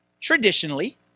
traditionally